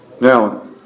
Now